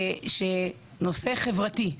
שנושא חברתי,